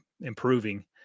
improving